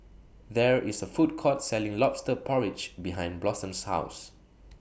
There IS A Food Court Selling Lobster Porridge behind Blossom's House